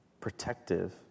protective